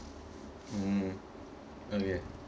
mm okay